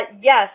yes